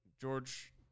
George